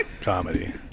comedy